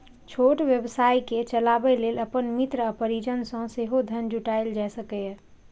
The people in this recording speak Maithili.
छोट व्यवसाय कें चलाबै लेल अपन मित्र आ परिजन सं सेहो धन जुटायल जा सकैए